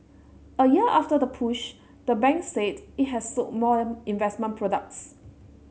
a year after the push the bank said it has sold more investment products